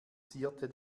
zierte